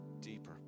deeper